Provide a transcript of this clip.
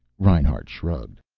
reinhart shrugged.